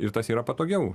ir tas yra patogiau